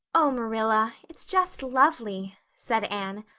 oh, marilla, it's just lovely, said anne.